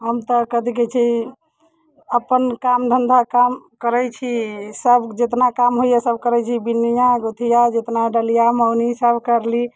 हम तऽ कथी कहैत छै अपन काम धन्धा काम करै छी सभ जितना काम होइए सभ करैत छी बिनिया गुथिया जितना डलिया मौनी सभ करली